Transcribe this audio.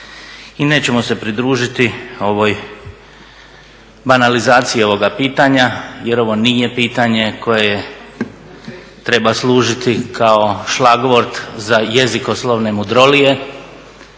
i nećemo se pridružiti ovoj banalizaciji ovoga pitanja jer ovo nije pitanje koje treba služiti kao šlagvort za jezikoslovne mudrolije.